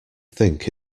think